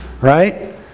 right